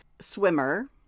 swimmer